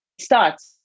starts